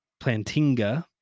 Plantinga